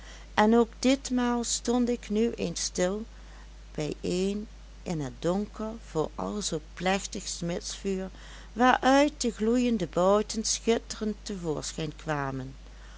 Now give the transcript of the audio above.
en ook ditmaal stond ik nu eens stil bij een in het donker vooral zoo plechtig smidsvuur waaruit de gloeiende bouten schitterend te voorschijn kwamen